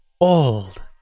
Old